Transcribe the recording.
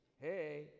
hey